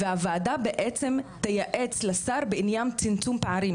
והוועדה בעצם תייעץ לשר בעניין צמצום פערים.